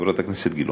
חברת הכנסת גילאון,